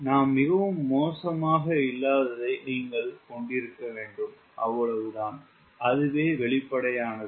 நாம் மிகவும் மோசமாக இல்லாததை நீங்கள் கொண்டிருக்க வேண்டும் அதுவே வெளிப்படையானது